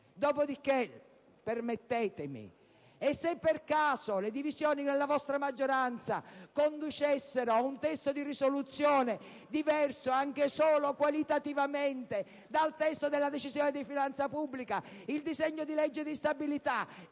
Dopodiché, permettetemi: se per caso le divisioni della vostra maggioranza conducessero ad un testo di risoluzione diverso, anche solo qualitativamente, da quello della Decisione di finanza pubblica, che si fa? Si ritira il disegno di legge di stabilità